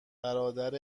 برادر